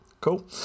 Cool